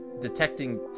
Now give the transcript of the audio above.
detecting